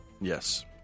yes